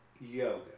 yoga